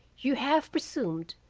you have presumed,